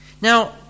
Now